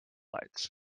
lights